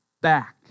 back